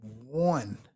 one